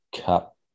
Cup